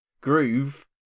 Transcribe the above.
groove